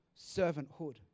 servanthood